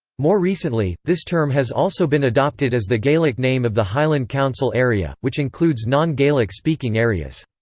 more recently, this term has also been adopted as the gaelic name of the highland council area, which includes non-gaelic speaking areas.